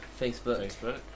Facebook